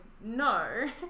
no